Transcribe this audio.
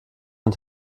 und